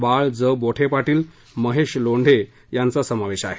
बाळ J Bothe Patil Mahesh Londhe यांचा समावेश आहे